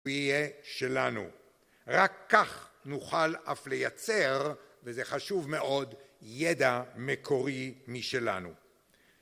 יהיה שלנו. רק כך נוכל אף לייצר - וזה חשוב מאוד - ידע מקורי משלנו